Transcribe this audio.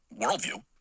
worldview